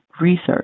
research